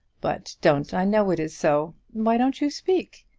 but don't i know it is so? why don't you speak?